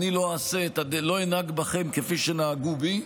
היא שאני לא אנהג בכם כפי שנהגו בי.